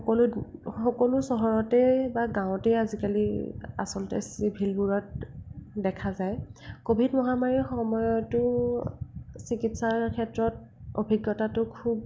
সকলো সকলো চহৰতে বা গাঁৱতে আজিকালি আচলতে চিভিলবোৰত দেখা যায় কভিড মহামাৰীৰ সময়তো চিকিৎসাৰ ক্ষেত্ৰত অভিজ্ঞতাটো খুব